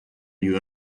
you